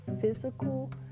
physical